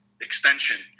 extension